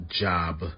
job